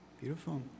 Beautiful